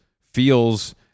feels